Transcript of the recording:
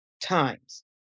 times